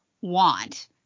want